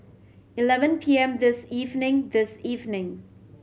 eleven P M this evening this evening